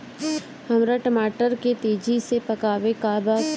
हमरा टमाटर के तेजी से पकावे के बा का करि?